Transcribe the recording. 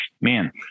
man